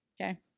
Okay